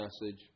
message